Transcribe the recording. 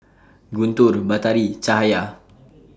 Guntur Batari Cahaya